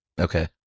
Okay